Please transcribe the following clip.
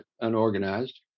unorganized